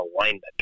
alignment